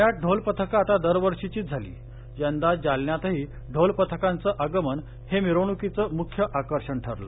पुण्यात ढोलपथक आता दरवर्षीचीच झाली यंदा जालन्यातही ढोल पथकांच आगमन हे मिरवणुकीच मुख्य आकर्षण ठरलं